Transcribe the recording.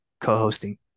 co-hosting